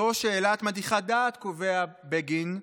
זו שאלה מדיחת-דעת", קובע בגין,